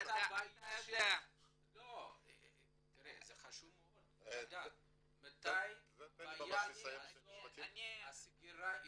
זה חשוב מאוד, מתי הסגירה התעוררה,